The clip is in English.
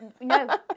No